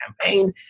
campaign